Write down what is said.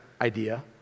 idea